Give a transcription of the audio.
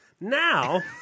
Now